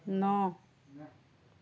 ন